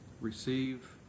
receive